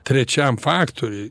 trečiajam faktoriui